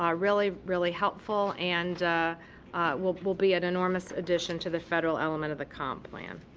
ah really really helpful, and will will be an enormous addition to the federal element of the comp plan.